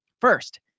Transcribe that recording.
First